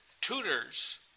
tutors